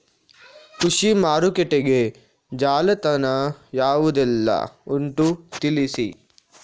ಕೃಷಿ ಮಾರುಕಟ್ಟೆಗೆ ಜಾಲತಾಣ ಯಾವುದೆಲ್ಲ ಉಂಟು ತಿಳಿಸಿ